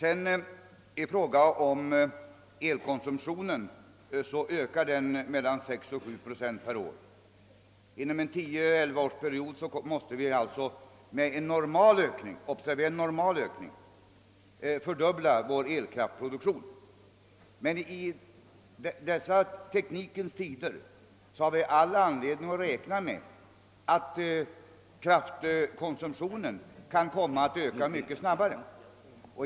Elkraftskonsumtionen ökar med mellan 6 och 7 procent per år. Inom en period av 10 å 11 år måste vi alltså med normal ökning -— observera normal ökning — av förbrukningen fördubbla vår elkraftsproduktion. Men i dessa teknikens tider har vi all anledning att räkna med att elkraftskonsumtionen kan komma att öka mycket snabbare.